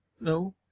No